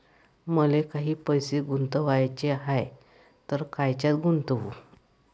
मले काही पैसे गुंतवाचे हाय तर कायच्यात गुंतवू?